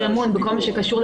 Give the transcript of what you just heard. למי שעובר אותו,